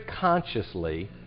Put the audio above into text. consciously